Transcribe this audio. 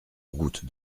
route